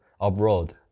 abroad